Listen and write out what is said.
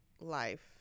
life